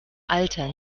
alter